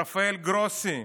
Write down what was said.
רפאל גרוסי,